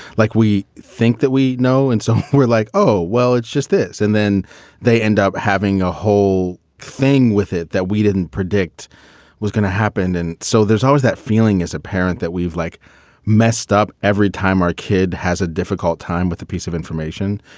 like we think that we know. and so we're like, oh, well, it's just this. and then they end up having a whole thing with it that we didn't predict was gonna happen. and so there's always that feeling as a parent that we've like messed up every time our kid has a difficult time with a piece of information.